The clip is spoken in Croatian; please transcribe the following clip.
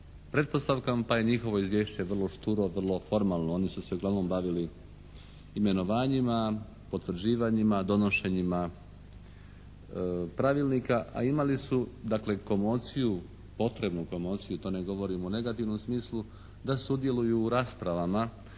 pretpostavkama pa je njihovo Izvješće vrlo šturo, vrlo formalno. Oni su se uglavnom bavili imenovanjima, potvrđivanjima, donošenjima pravilnika, a imali su dakle komociju, potrebnu komociju, to ne govorim u negativnom smislu, da sudjeluju u raspravama